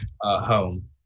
home